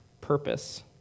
purpose